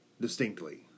distinctly